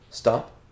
Stop